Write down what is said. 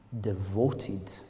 devoted